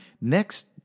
next